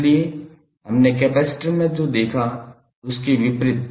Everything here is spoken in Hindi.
इसलिए हमने कैपेसिटर में जो देखा उसके विपरीत